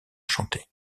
chanter